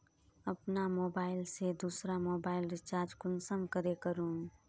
अपना मोबाईल से दुसरा मोबाईल रिचार्ज कुंसम करे करूम?